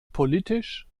politisch